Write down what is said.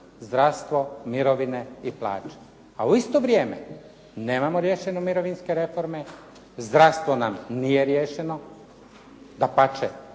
zdravstvo, mirovine i plaće. A u isto vrijeme nemamo riješene mirovinske reforme, zdravstvo nam nije riješeno. Dapače,